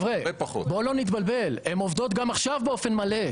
בוא לא נתבלבל, הן עובדות גם עכשיו באופן מלא.